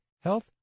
health